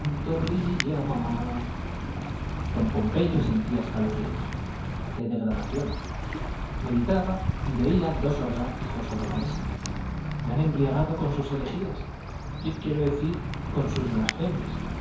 pantorriiiilla mamá don pompeyo sentía escalofríos qué degradación meditaba y veía dos orgaz hijo sobre la mesa me han embriagado con sus herejías quiero decir con sus blasfemias